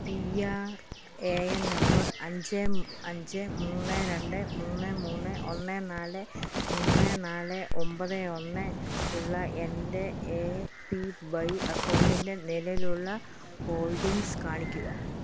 P R A N number അഞ്ച് അഞ്ച് മൂന്ന് രണ്ട് മൂന്ന് മൂന്ന് ഒന്ന് നാല് മൂന്ന് നാല് ഒമ്പത് ഒന്ന് ഉള്ള എൻ്റെ എ പി വൈ അക്കൗണ്ടിൻ്റെ നിലവിലുള്ള ഹോൾഡിംഗ്സ് കാണിക്കുക